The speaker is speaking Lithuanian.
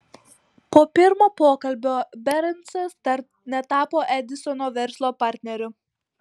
po pirmo pokalbio bernsas dar netapo edisono verslo partneriu